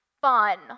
Fun